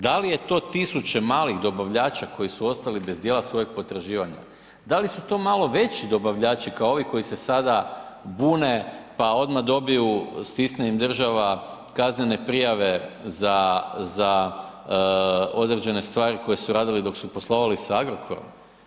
Da li je to tisuće malih dobavljača koji su ostali bez dijela svojih potraživanja, da li su to malo veći dobavljači kao ovi što se sada bune pa odmah dobiju, stisne im država kaznene prijave za određene stvari koje su radili dok su poslovali sa Agrokorom?